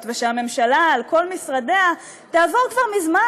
ושהממשלה על כל משרדיה תעבור כבר מזמן,